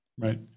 Right